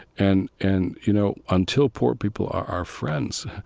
and and, you know, until poor people are our friends,